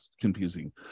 confusing